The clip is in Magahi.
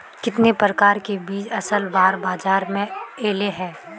कितने प्रकार के बीज असल बार बाजार में ऐले है?